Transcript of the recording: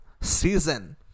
season